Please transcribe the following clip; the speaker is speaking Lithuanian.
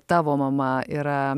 tavo mama yra